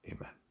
Amen